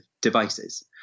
devices